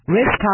risk